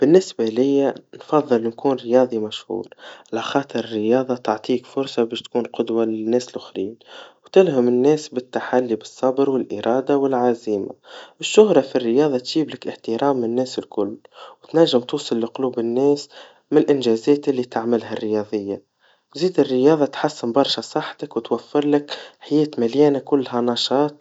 بالنسبا ليا نفضل نكون رياضي مشهور, على خاطر الرياضا تعطيك فرصا باش تكون قدوا للناس الآخرين, وتلهم الناس بالتحلي بالصر والإرادا والعزيما, الشهرا في الرياضا تججيبلك إحترام الناس الكل, وتنجم توصل لقلوب الناس, من الإنجازات اللي تعملها رياضياً, زيد الرياضا تحسن برشا صحتك وتوفرلك حياة مليانا كلها نشاط.